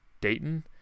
Dayton